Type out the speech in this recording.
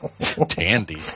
Tandy